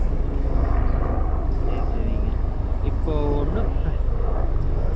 ம் ம் சரி சரிங்க இப்போது ஒன்றும் ம்